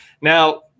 Now